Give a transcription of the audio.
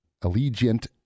Allegiant